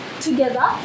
together